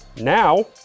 Now